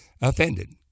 offended